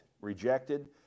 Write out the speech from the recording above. rejected